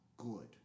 good